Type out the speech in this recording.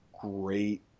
great